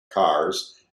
cars